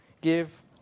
give